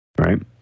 right